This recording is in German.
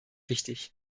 wichtig